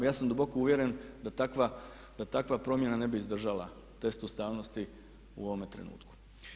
A ja sam duboko uvjeren da takva promjena ne bi izdržala test ustavnosti u ovome trenutku.